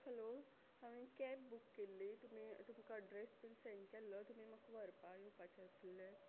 hello हांवें cab book केल्ली तुमी तुमकां एड्रेस बीन सेंड केल्लो तुमी म्हाका व्हरपा येवपाचे आसले